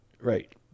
right